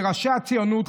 מראשי הציונות,